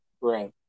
Right